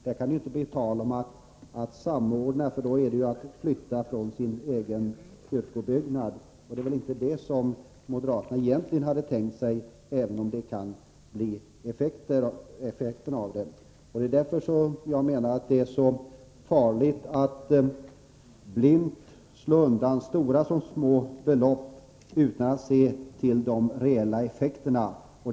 Där kan det ju inte bli tal om att samordna, för då innebär det ju att man flyttar från sin egen kyrkobyggnad. Det är väl inte det som moderaterna hade tänkt sig, även om det kan bli effekten av detta. Därför menar jag att det är så farligt att blint slå undan stora som små belopp utan att se till de reella effekterna.